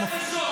לישון.